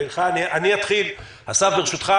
אני אתחיל, אסף, ברשותך.